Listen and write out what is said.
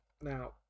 Now